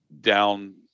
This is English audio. down